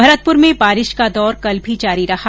भरतपुर में बारिश का दौर कल भी जारी रहा